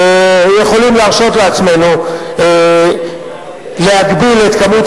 יכולים להרשות לעצמנו להגביל את כמות